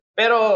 pero